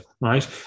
right